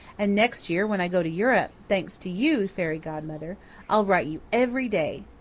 and next year when i go to europe thanks to you, fairy godmother i'll write you every day.